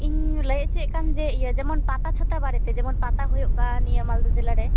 ᱤᱧ ᱞᱟᱹᱭ ᱚᱪᱚᱭᱮᱫ ᱠᱟᱱ ᱡᱮ ᱤᱭᱟᱹ ᱡᱮᱢᱚᱱ ᱯᱟᱛᱟ ᱪᱷᱟᱛᱟ ᱵᱟᱨᱮᱛᱮ ᱡᱮᱢᱚᱱ ᱯᱟᱛᱟ ᱦᱳᱭᱳᱜ ᱠᱟᱱ ᱱᱤᱭᱟᱹ ᱢᱟᱞᱫᱟ ᱡᱮᱞᱟᱨᱮ